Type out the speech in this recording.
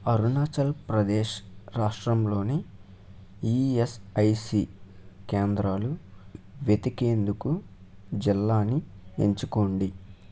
అరుణాచల్ప్రదేశ్ రాష్ట్రంలోని ఈఎస్ఐసి కేంద్రాలు వెతికేందుకు జిల్లాని ఎంచుకోండి